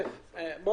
אני